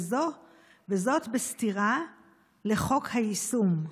וזאת בסתירה לחוק היישום.